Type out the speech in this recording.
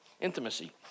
intimacy